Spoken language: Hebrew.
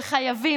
וחייבים,